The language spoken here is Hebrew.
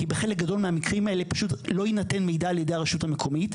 כי בחלק גדול מהמקרים האלה פשוט לא יינתן מידע על ידי הרשות המקומית,